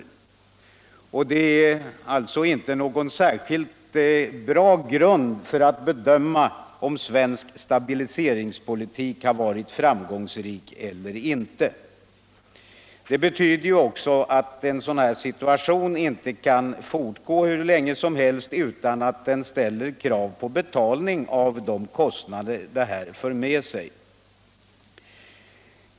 Dessa data är därför inte någon särskilt bra grund för att bedöma om den svenska stabiliseringspolitiken varit framgångsrik eller inte. Det betyder också att den här situationen inte kan bestå hur länge som helst utan att de kostnader som den för med sig måste betalas.